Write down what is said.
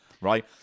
right